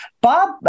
Bob